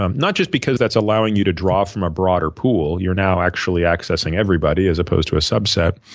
um not just because that's allowing you to draw from a broader pool, you're now actually access and everybody as opposed to a subset,